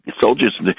soldiers